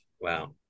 Wow